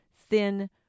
thin